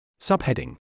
Subheading